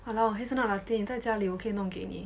!walao! ten dollars 你在家里我可以弄给你